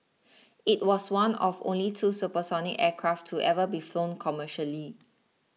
it was one of only two supersonic aircraft to ever be flown commercially